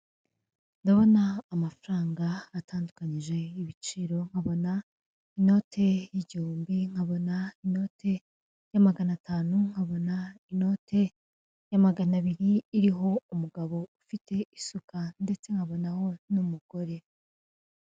Ndabona amafaranga atandukanyije ibiciro, nkabona inote y'igihumbi, nkabona inote ya magana atanu ,nkabona inote ya magana abiri iriho umugabo ufite isuka ndetse nkabonaho n'umugore .